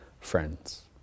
friends